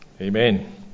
Amen